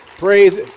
Praise